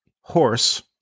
horse